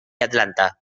atlanta